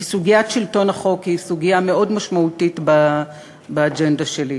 כי סוגיית שלטון החוק היא סוגיה מאוד משמעותית באג'נדה שלי.